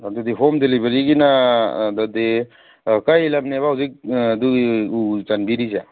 ꯑꯗꯨꯗꯤ ꯍꯣꯝ ꯗꯦꯂꯤꯚꯔꯤꯒꯤꯅ ꯑꯗꯨꯗꯤ ꯀꯔꯤ ꯂꯝꯅꯦꯕ ꯍꯧꯖꯤꯛ ꯑꯗꯨꯏ ꯎ ꯆꯟꯕꯤꯔꯤꯖꯦ